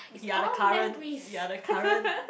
ya the current ya the current